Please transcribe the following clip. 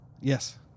Yes